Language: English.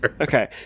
Okay